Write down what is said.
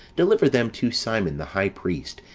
deliver them to simon, the high priest,